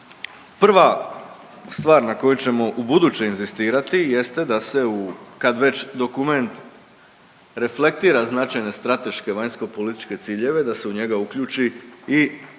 prva stvar na koju ćemo ubuduće inzistirati jeste da se kad već dokument reflektira značajne strateške vanjskopolitičke ciljeve da se u njega uključi i